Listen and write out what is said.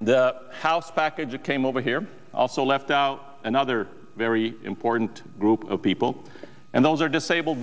the house package it came over here also left out another very important group of people and those are disabled